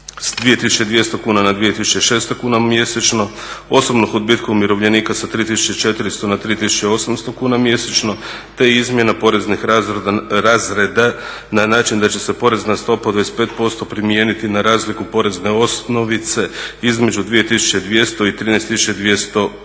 2200 na 2600 kuna mjesečno, osobnog odbitka umirovljenika sa 3400 na 3800 kuna mjesečno, te izmjena poreznih razreda na način da će se porezna stopa od 25% primijeniti na razliku porezne osnovice između 2200 i 13 200 kuna.